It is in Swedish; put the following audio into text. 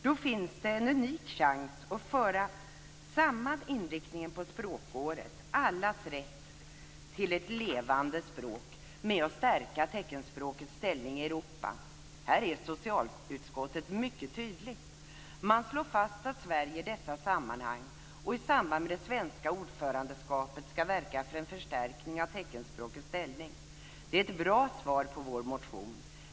Då finns det en unik chans att föra samman inriktningen på språkåret - allas rätt till ett levande språk - med att stärka teckenspråkets ställning i Europa. Här är socialutskottet mycket tydligt. Man slår fast att Sverige i dessa sammanhang och i samband med det svenska ordförandeskapet ska verka för en förstärkning av teckenspråkets ställning. Det är ett bra svar på vår motion.